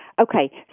Okay